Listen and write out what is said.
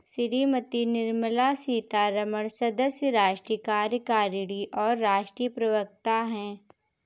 श्रीमती निर्मला सीतारमण सदस्य, राष्ट्रीय कार्यकारिणी और राष्ट्रीय प्रवक्ता हैं